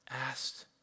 asked